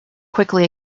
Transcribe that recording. quickly